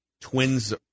Twins